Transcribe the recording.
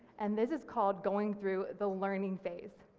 and this is called going through the learning phase.